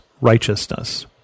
righteousness